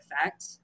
effect